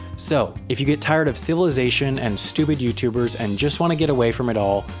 so, if you get tired of civilization and stupid youtubers and just want to get away from it all,